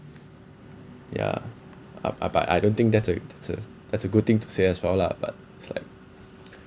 ya I but I don't think that's a that's a that's a good thing to say as well lah but it's like